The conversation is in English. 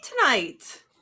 tonight